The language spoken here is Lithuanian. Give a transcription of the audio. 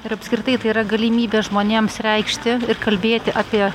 ir apskritai tai yra galimybė žmonėms reikšti ir kalbėti apie